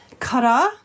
kara